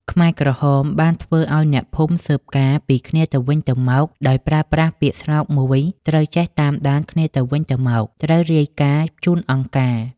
ខ្មែរក្រហមបានធ្វើឱ្យអ្នកភូមិស៊ើបការណ៍ពីគ្នាទៅវិញទៅមក ដោយប្រើប្រាស់ពាក្យស្លោកមួយ “ត្រូវចេះ តាមដានគ្នាទៅវិញទៅមក ត្រូវរាយការណ៍ជូនអង្គការ”។